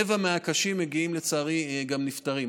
רבע מהקשים לצערי גם נפטרים.